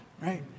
right